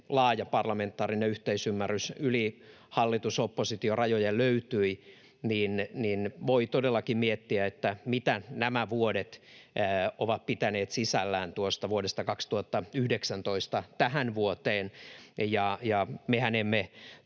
laaja parlamentaarinen yhteisymmärrys yli hallitus—oppositio-rajojen löytyi. Voi todellakin miettiä, mitä nämä vuodet ovat pitäneet sisällään tuosta vuodesta 2019 tähän vuoteen, ja mehän emme